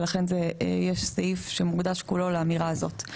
ולכן זה יש סעיף שמוקדש כולו לאמירה הזאת.